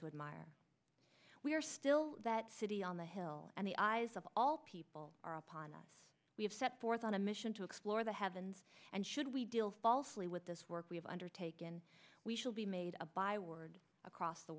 to admire we are still that city on the hill and the eyes of all people are upon us we have set forth on a mission to explore the heavens and should we deal falsely with this work we have undertaken we shall be made a byword across the